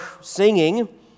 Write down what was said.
singing